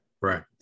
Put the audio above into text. right